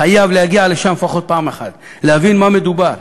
חייב להגיע לשם לפחות פעם אחת להבין מה מדובר,